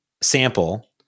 sample